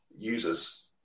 users